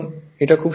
এটা খুবই সহজ